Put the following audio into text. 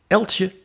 Eltje